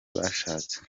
bashatse